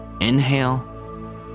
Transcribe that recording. Inhale